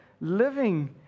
living